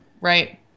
Right